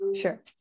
Sure